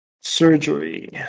surgery